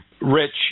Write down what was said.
Rich